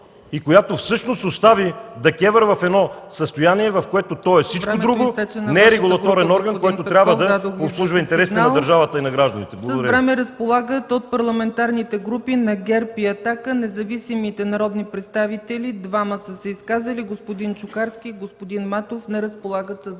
и която всъщност остави ДКЕВР в състояние, в което той е всичко друго, но не и регулаторен орган, който трябва да обслужва интересите на държавата и на гражданите. Благодаря.